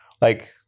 Like-